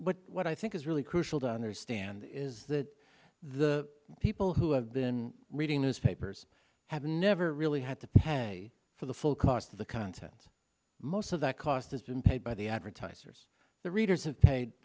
but what i think is really crucial to understand is that the people who have been reading newspapers have never really had to pay for the full cost of the content most of that cost isn't paid by the advertisers the readers have paid